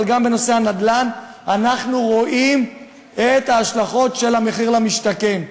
אבל גם בנושא הנדל"ן אנחנו רואים את ההשלכות של מחיר למשתכן.